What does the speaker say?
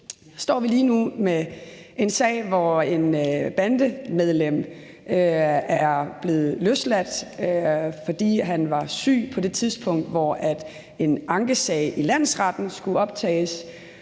står vi lige nu med en sag, hvor et bandemedlem er blevet løsladt, fordi han var syg på det tidspunkt, hvor en ankesag i landsretten skulle optages,